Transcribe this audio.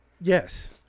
Yes